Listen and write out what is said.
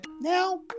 now